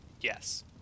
Yes